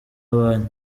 banki